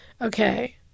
okay